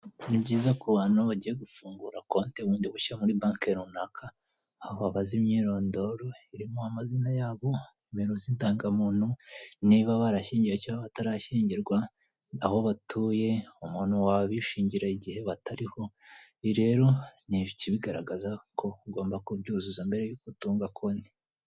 Ni byiza kubantu bagiye gufungura konti bundi bushya muri bake runaka aho babaza imyirondoro irimo amazina yabo, nomero z'indangamuntu, niba barashyingiwe cyangwa batarashyingirwa , aho batuye, umuntu wabishingira igihe batariho , ibi rero ni ikibigaragaza ko ugomba kubyuzuza mbere y'uko utunga konti.